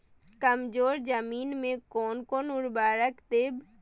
कमजोर जमीन में कोन कोन उर्वरक देब?